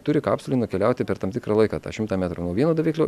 turi kapsulėje nukeliauti per tam tikrą laiką tą šimtą metrų nuo vieno daviklio